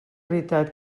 veritat